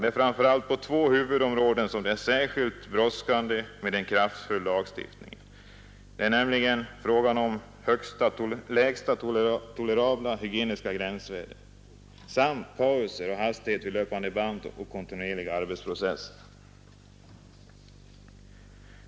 Det är framför allt på två huvudområden som det är särskilt brådskande med en kraftfull lagstiftning, nämligen frågan om lägsta tolerabla hygieniska gränsvärden samt pauser och hastighet vid löpande band och kontinuerliga arbets processer.